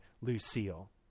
Lucille